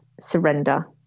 surrender